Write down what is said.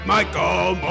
Michael